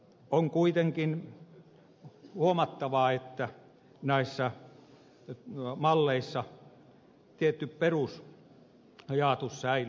on kuitenkin huomattava että näissä malleissa tietty perusajatus säilyy